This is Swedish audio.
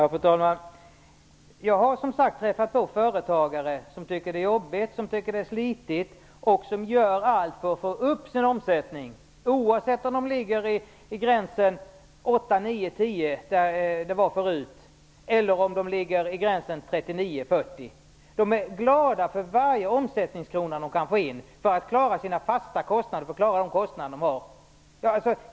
Fru talman! Jag har som sagt träffat på företagare som tycker att det är jobbigt och slitigt och som gör allt för att få upp sin omsättning, oavsett om de har en omsättning på 8-10 miljoner, där gränsen låg förut, eller på 39-40 miljoner. De är glada för varje omsättningskrona de kan få in för att klara sina fasta kostnader.